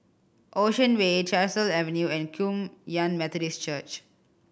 Ocean Way Tyersall Avenue and Kum Yan Methodist Church